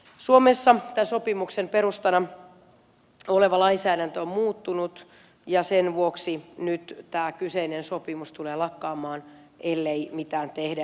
suomessa tämän sopimuksen perustana oleva lainsäädäntö on muuttunut ja sen vuoksi nyt tämä kyseinen sopimus tulee lakkaamaan ellei mitään tehdä